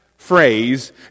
phrase